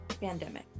pandemic